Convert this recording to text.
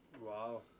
Wow